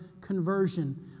conversion